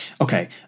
Okay